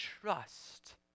trust